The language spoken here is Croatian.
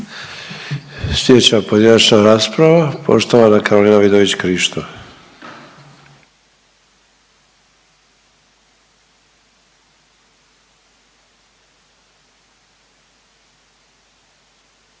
Slijedeća pojedinačna rasprava poštovana Karolina Vidović Krišto.